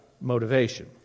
motivation